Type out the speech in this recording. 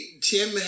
Tim